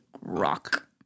rock